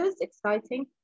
exciting